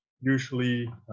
Usually